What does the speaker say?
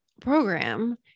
program